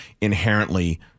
inherently